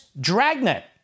dragnet